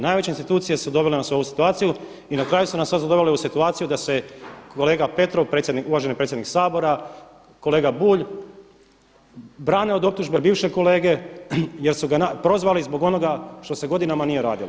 Najveće institucije su dovele nas u ovu situaciju i na kraju su nas sad dovele u situaciju da se kolega Petrov uvaženi predsjednik Sabora, kolega Bulj brane od optužbe bivšeg kolege jer su ga prozvali zbog onoga što se godinama nije radilo.